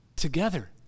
together